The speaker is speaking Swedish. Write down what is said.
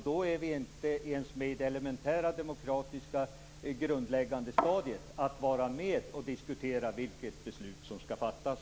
Då är vi inte ens med i det elementära, grundläggande demokratiska stadiet, nämligen att vara med och diskutera vilket beslut som skall fattas.